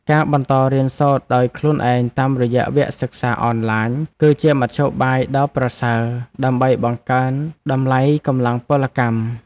ការបន្តរៀនសូត្រដោយខ្លួនឯងតាមរយៈវគ្គសិក្សាអនឡាញ គឺជាមធ្យោបាយដ៏ប្រសើរដើម្បីបង្កើនតម្លៃកម្លាំងពលកម្ម។